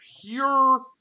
pure